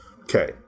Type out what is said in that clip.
Okay